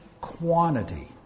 quantity